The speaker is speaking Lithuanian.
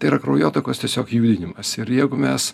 tai yra kraujotakos tiesiog judinimas ir jeigu mes